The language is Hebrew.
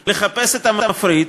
לחפש את המפריד,